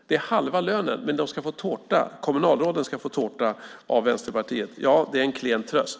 Det är halva lönen, men kommunalråden ska få tårta av Vänsterpartiet. Ja, det är en klen tröst.